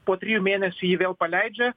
po trijų mėnesių jį vėl paleidžia